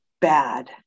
bad